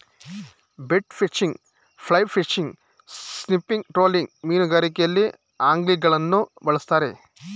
bait fishing, fly fishing, spinning, trolling ಮೀನುಗಾರಿಕೆಯಲ್ಲಿ ಅಂಗ್ಲಿಂಗ್ಗಳನ್ನು ಬಳ್ಸತ್ತರೆ